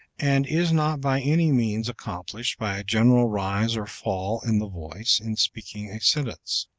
and is not by any means accomplished by a general rise or fall in the voice in speaking a sentence.